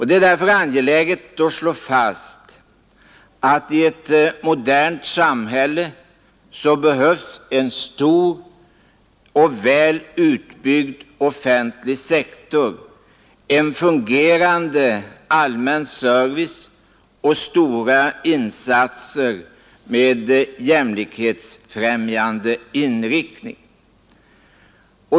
Det är därför angeläget att slå fast att i ett modernt samhälle behövs en stor och väl utbyggd offentlig sektor, en fungerande allmän service och stora insatser med jämlikhetsfrämjande inriktning.